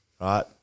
right